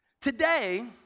Today